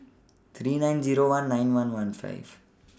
three nine Zero one nine one one five